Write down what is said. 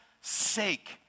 sake